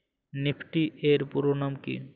Nifty এর পুরোনাম কী?